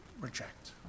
reject